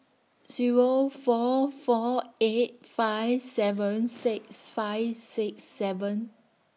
Zero four four eight five seven six five six seven